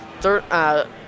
third